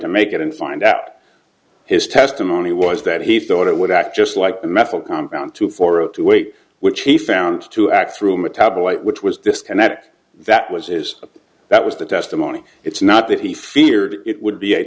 to make it and find out his testimony was that he thought it would act just like the metal compound two four zero two eight which he found to act through metabolite which was this kinetic that was is that was the testimony it's not that he feared it would be a